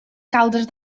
caldes